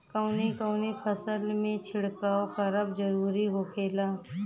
कवने कवने फसल में छिड़काव करब जरूरी होखेला?